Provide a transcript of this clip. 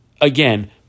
again